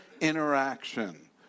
interaction